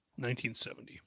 1970